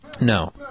No